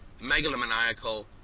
megalomaniacal